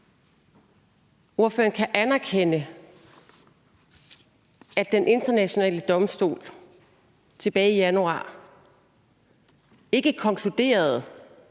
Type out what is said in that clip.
ordføreren kan anerkende, at Den Internationale Domstol tilbage i januar ikke konkluderede